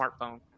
smartphone